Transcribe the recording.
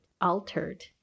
altered